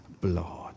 blood